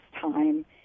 time